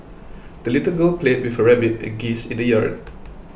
the little girl played with her rabbit and geese in the yard